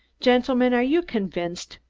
gentlemen, are you convinced?